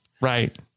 right